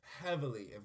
heavily